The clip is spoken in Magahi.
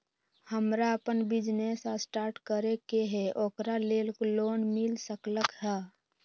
हमरा अपन बिजनेस स्टार्ट करे के है ओकरा लेल लोन मिल सकलक ह?